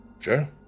Sure